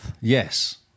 Yes